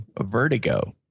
Vertigo